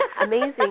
amazing